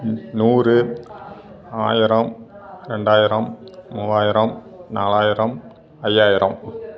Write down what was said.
நூறு ஆயிரம் ரெண்டாயிரம் மூவாயிரம் நாலாயிரம் ஐயாயிரம்